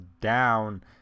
down